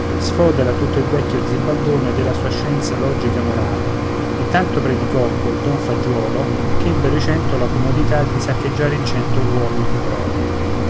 sfodera tutto il vecchio zibaldone della sua scienza logica morale e tanto predicò quel don fagiuolo ch'ebbero i cento la comodità di saccheggiare in cento luoghi il brolo